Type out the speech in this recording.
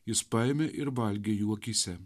jis paėmė ir valgė jų akyse